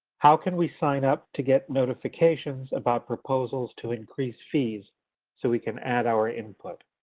how can we sign up to get notifications about proposals to increase fees so we can add our input?